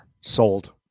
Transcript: sold